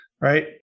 right